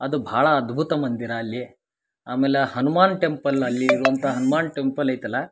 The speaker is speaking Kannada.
ಅದು ಭಾಳ ಅದ್ಭುತ ಮಂದಿರ ಅಲ್ಲಿ ಆಮೇಲೆ ಹನುಮಾನ್ ಟೆಂಪಲ್ನಲ್ಲಿ ಇರುವಂಥಾ ಹನುಮಾನ್ ಟೆಂಪಲ್ ಐತಲ್ಲ